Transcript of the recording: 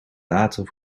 later